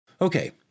Okay